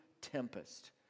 tempest